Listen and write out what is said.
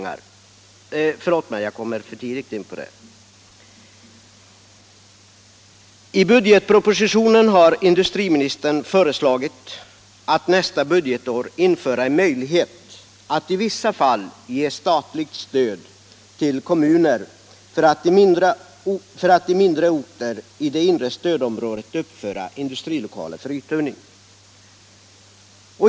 I budgetpropositionen har industriministern föreslagit att man nästa budgetår skall införa en möjlighet att i vissa fall ge statligt stöd till kom muner för att på mindre orter inom det inre stödområdet uppföra industrilokaler för uthyrning.